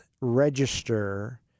register